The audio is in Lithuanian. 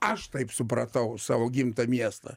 aš taip supratau savo gimtą miestą